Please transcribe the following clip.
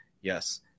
yes